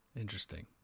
Interesting